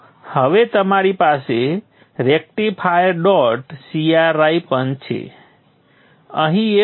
તો હવે તમારી પાસે રેક્ટિફાયર dot cir પણ છે અહીં